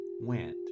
went